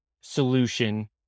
solution